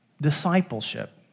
discipleship